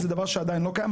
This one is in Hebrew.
זה דבר שעדיין לא קיים.